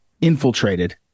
infiltrated